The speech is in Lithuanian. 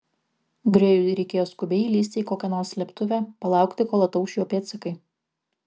grėjui reikėjo skubiai įlįsti į kokią nors slėptuvę palaukti kol atauš jo pėdsakai